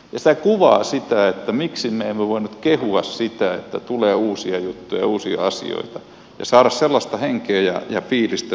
se kuvaa sitä miksi me emme voi nyt kehua sitä että tulee uusia juttuja uusia asioita ja saada sellaista henkeä ja fiilistä sillä tavalla päälle